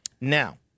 Now